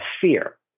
fear